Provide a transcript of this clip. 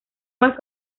más